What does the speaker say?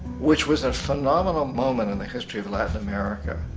which was a phenomenal moment in the history of latin america.